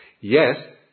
Yes